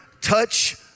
touch